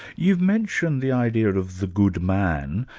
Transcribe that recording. you've mentioned the idea of the good man.